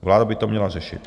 Vláda by to měla řešit.